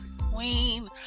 queen